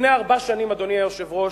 לפני ארבע שנים, אדוני היושב-ראש,